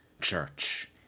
church